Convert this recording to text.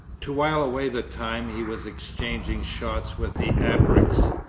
to while away the time he was exchanging shots with the abreks,